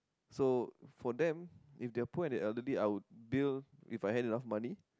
so for them if they are poor and they are elderly I would build if I had enough money